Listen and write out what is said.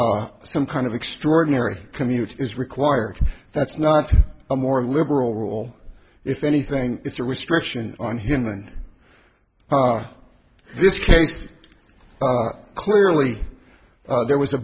of some kind of extraordinary commute is required that's not a more liberal rule if anything it's a restriction on him and this case clearly there was a